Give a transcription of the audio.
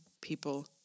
people